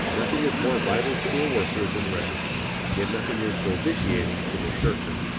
nothing is more vital to a worker than rest yet nothing is so vitiating to the shirker.